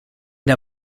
der